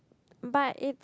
but it's